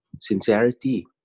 sincerity